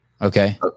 Okay